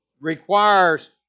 requires